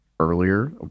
earlier